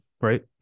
right